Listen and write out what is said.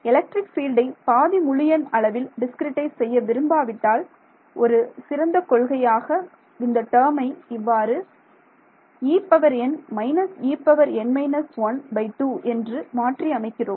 electric பீல்டை பாதி முழு எண் அளவில் டிஸ்கிரிட்டைஸ் செய்ய விரும்பாவிட்டால் ஒரு சிறந்த கொள்கையாக இந்த டேர்மை இவ்வாறு En − En−12 என்று மாற்றி அமைக்கிறோம்